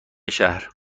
شهر